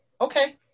Okay